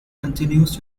continues